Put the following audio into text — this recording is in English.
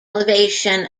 elevation